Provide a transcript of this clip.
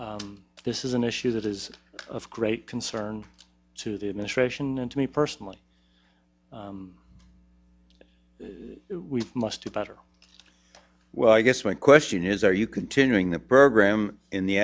this is an issue that is of create concern to the administration and to me personally we must do better well i guess my question is are you continuing the program in the